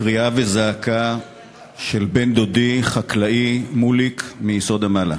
קריאה וזעקה של בן-דודי מוליק, חקלאי מיסוד-המעלה: